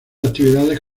actividades